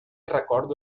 recordo